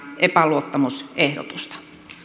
epäluottamusehdotusta